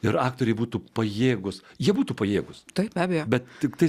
ir aktoriai būtų pajėgūs jie būtų pajėgūs tai be abejo bet tiktai